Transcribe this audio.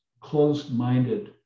closed-minded